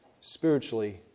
spiritually